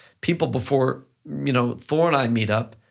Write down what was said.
people before you know thor and i meet up,